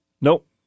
Nope